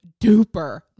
duper